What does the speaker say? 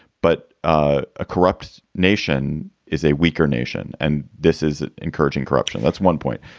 but a corrupt nation is a weaker nation. and this is encouraging corruption. that's one point.